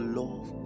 love